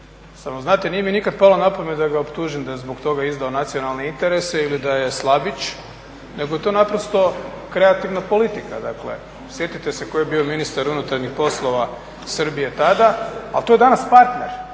Samo znate, nije mi nikad palo na pamet da ga optužim da je zbog toga izdao nacionalni interese ili da je slabić, nego je to naprosto kreativna politika. Dakle, sjetite se tko je bio ministar unutarnjih poslova Srbije tada. Ali to je danas partner.